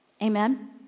Amen